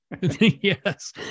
Yes